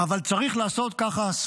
אבל צריך לשלם את המחיר הזה,